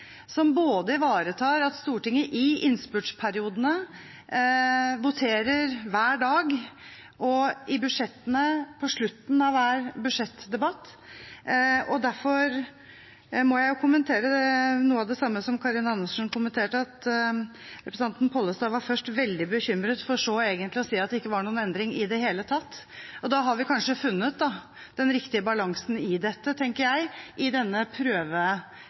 som både ivaretar at Stortinget i innspurtsperiodene voterer hver dag og i budsjettbehandlingene på slutten av hver budsjettdebatt. Derfor må jeg kommentere noe av det samme som representanten Karin Andersen kommenterte, at representanten Pollestad først var veldig bekymret, for så å si at det egentlig ikke var noen endring i det hele tatt. Da har vi kanskje funnet den riktige balansen i dette, tenker jeg, i denne